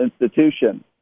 institution